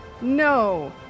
No